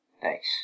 Thanks